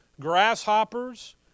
grasshoppers